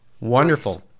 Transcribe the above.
Wonderful